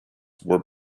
were